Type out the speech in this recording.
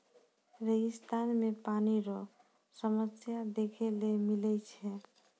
रेगिस्तान मे पानी रो समस्या देखै ले मिलै छै